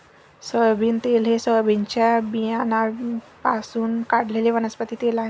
soybean तेल हे सोयाबीनच्या बियाण्यांपासून काढलेले वनस्पती तेल आहे